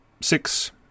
six